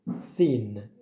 thin